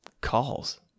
calls